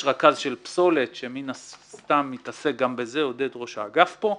יש רכז של פסולת שמין הסתם מתעסק גם בזה עודד ראש האגף פה.